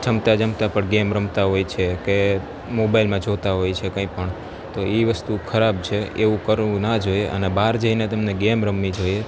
જમતા જમતા પણ ગેમ રમતા હોય છે કે મોબાઈલમાં જોતાં હોય છે કંઈપણ તો ઈ વસ્તુ ખરાબ છે એવું કરવું ના જોઈએ અને બાર જઈને તેમણે ગેમ રમવી જોઈએ